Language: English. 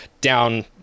down